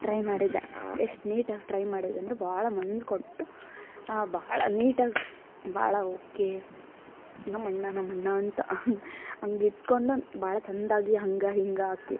try ಮಾಡಿದೆ ಎಷ್ಟು ನೀಟಾಗಿ ಟ್ರೈ ಮಾಡಿದೆ ಅಂದರೆ ಭಾಳ ಮನ್ಸು ಕೊಟ್ಟು ಭಾಳ ನೀಟಾಗಿ ಭಾಳ ಓಕೆ ನಮ್ಮಣ್ಣ ನಮ್ಮಣ್ಣ ಅಂತ ಅಂಗಿಟ್ಕೊಂಡು ಭಾಳ ಚಂದಾಗಿ ಹಾಗ ಹೀಗ ಆಕಿ